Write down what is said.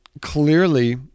clearly